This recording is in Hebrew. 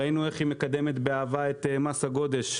ראינו איך היא מקדמת באהבה את מס הגודש,